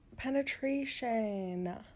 penetration